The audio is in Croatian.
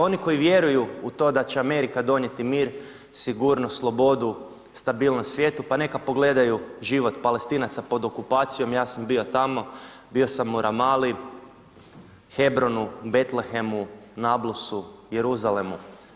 Oni koji vjeruju u to da će Amerika donijeti mir, sigurnost, slobodu, stabilnost svijetu pa neka pogledaju život Palestinaca pod okupacijom, ja sam bio tamo, bio sam u Ramali, Hebronu, Betlehemu, Nablusu, Jeruzalemu.